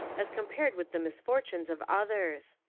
as compared with the misfortunes of others,